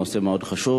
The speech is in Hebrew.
זה נושא מאוד חשוב.